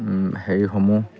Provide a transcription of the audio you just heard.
হেৰিসমূহ